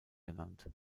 genannt